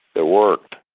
it worked.